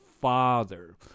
Father